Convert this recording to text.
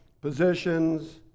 positions